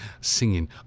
singing